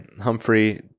Humphrey